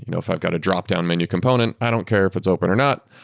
you know if i've got a drop-down menu component, i don't care if it's open or not.